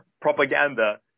propaganda